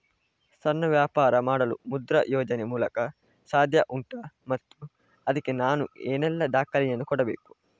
ಸಣ್ಣ ವ್ಯಾಪಾರ ಮಾಡಲು ಮುದ್ರಾ ಯೋಜನೆ ಮೂಲಕ ಸಾಧ್ಯ ಉಂಟಾ ಮತ್ತು ಅದಕ್ಕೆ ನಾನು ಏನೆಲ್ಲ ದಾಖಲೆ ಯನ್ನು ಕೊಡಬೇಕು?